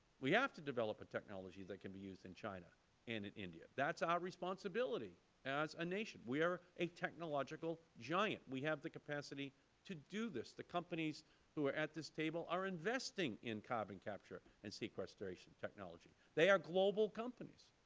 we have to develop a technology that can be used in china and in india. that is our responsibility as a nation. we are a technological giant. we have the capacity to do this. the companies who are at this table are investing in carbon capture and sequestration technology. they are global companies,